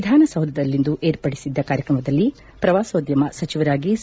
ವಿಧಾನಸೌಧದಲ್ಲಿಂದು ಏರ್ಪಡಿಸಿದ್ದ ಕಾರ್ಯತ್ರಮದಲ್ಲಿ ಪ್ರವಾಸೋದ್ಯಮ ಸಚಿವ ಸಿ